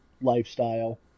lifestyle